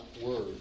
word